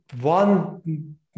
one